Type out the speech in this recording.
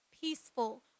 peaceful